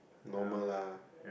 normal lah